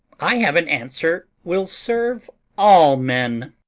i have an answer will serve all men.